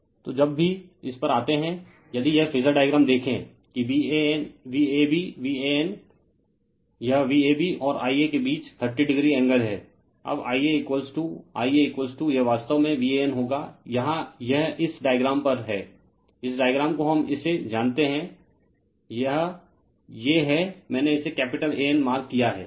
refer slide time' 0417 तो जब भी इस पर आते हैं यदि यह फेजर डायग्राम देखें कि VabVAN यह Vab और Ia के बीच 30 o एंगल है अब IaIa यह वास्तव में VAN होगा यहाँ यह इस डायग्राम पर है इस डायग्राम को हम इसे जानते हैं यह ये है मैंने इसे कैपिटल AN मार्क किया है